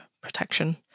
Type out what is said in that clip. protection